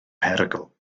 perygl